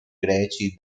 greci